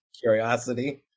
curiosity